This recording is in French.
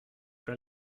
pas